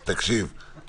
יש לך עתיד, יואב.